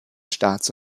staats